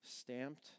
Stamped